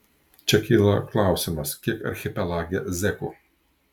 čia kyla klausimas kiek archipelage zekų